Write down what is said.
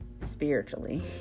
spiritually